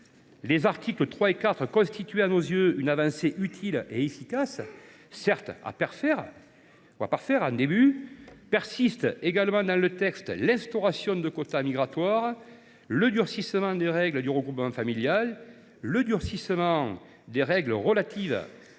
Les articles 3 et 4 constituaient à nos yeux une avancée utile et efficace, certes à parfaire : un début. Demeurent également dans le texte l’instauration de quotas migratoires ; le durcissement des règles du regroupement familial et de celles relatives à